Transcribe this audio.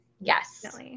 yes